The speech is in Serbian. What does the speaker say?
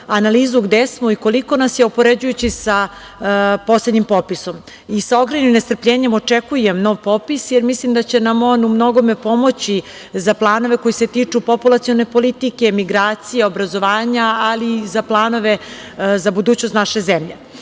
analizu gde smo i koliko nas je, upoređujući sa poslednjim popisom. Sa ogromnim nestrpljenjem očekujem nov popis, jer mislim da će nam on u mnogome pomoći za planove koji se tiču populacione politike, migracija, obrazovanja, ali i za planove za budućnost naše zemlje. Kada